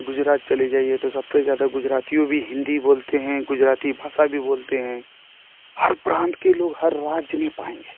गुजरात चले जाइए तो सबसे ज़्यादा गुजराती भी हिन्दी बोलते हैं गुजराती भाषा भी बोलते हैं हर प्रान्त के लोग हर राज्य में पाएँगे